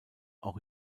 auch